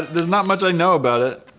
there's not much. i know about it